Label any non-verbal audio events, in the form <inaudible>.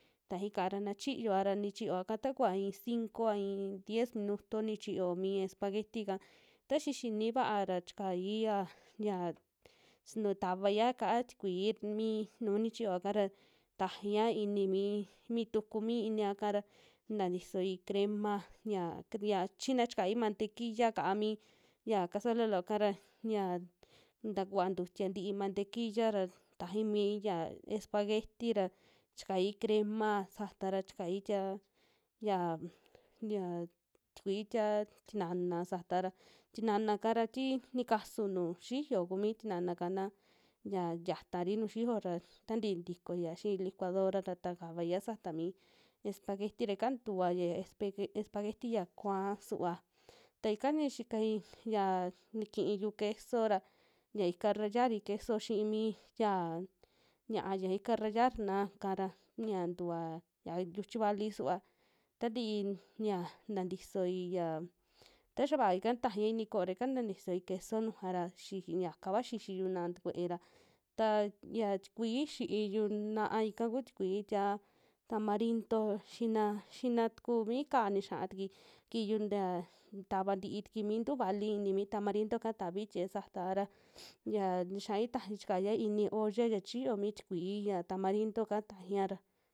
Tajika'ra na xiyoa ra, nichiyoa'ka takuva ii cinco a i'i diez minuto nichiyo mii espagueti'ka ta xia xini va'a ra chikaia ya sinu tavaia kaa tikui mii nu nichiyoa'ka ra tajaia ini mii, mi tuku mi inia'ka ra, tantisoi crema ya kek xina chikai mantequilla kaa mi ya cazuela loo'ka ra xia tukuva ntutia tii mantequilla ra tajai mii ya espagueti ra chikai crema sata ra chikai tie yam ya <hesitation> tikui tie tinana sata ra, tinana'ka ra tii nikansu nuju xiyo kumi tinana'ka na, xia xiatari nuju xiyo ra tantii tikoia xii licuadora ra ta kavaia sata mi espagueti ra ika tuva ya espege espagueti ya kua'a suva ta ika ni xikai yaa ni kiyu queso ra, ya ika rayai queso xii mi yia ña'a ya ika rayarna'ka ra ñia ntuva ya yuchi vali suva tantii ña tantisoi ya taxa vaa. ika tajaia ini ko'o ra ika tatisoi queso nuju ra xi yaka kua xixiyu na'a tikue ra, ta ya tikui xiiyu na'a ika kuu tikui tia tamarindo xina, xina tuku mii ka'á nixiaa tukui kiiyu ta tavantii tuku mi ntuju vali ini mi tamarindo'ka tavi tie'e sata ra <noise> xia nixiai tajai chikaia ini olla ya chiyo mi tikui ya tamarindo'ka taxia ra.